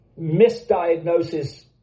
misdiagnosis